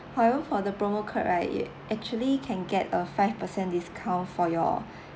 however for the promo code right you actually can get a five per cent discount for your